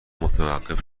متوقف